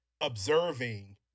observing